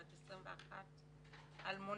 בת 21. אלמונית,